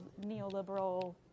neoliberal